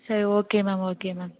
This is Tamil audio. சரி ஓகே மேம் ஓகே மேம்